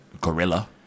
Gorilla